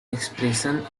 expression